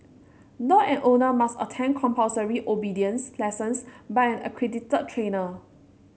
dog and owner must attend compulsory obedience lessons by an accredited trainer